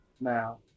now